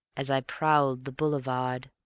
as i prowled the boulevard,